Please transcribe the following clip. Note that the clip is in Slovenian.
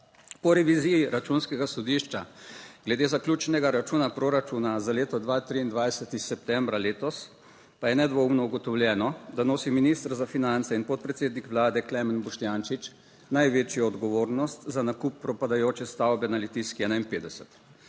Po reviziji Računskega sodišča glede zaključnega računa proračuna za leto 2023 iz septembra letos pa je nedvoumno ugotovljeno, da nosi minister za finance in podpredsednik vlade Klemen Boštjančič največjo odgovornost za nakup propadajoče stavbe na Litijski 51.